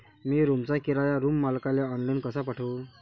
मी रूमचा किराया रूम मालकाले ऑनलाईन कसा पाठवू?